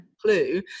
clue